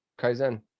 Kaizen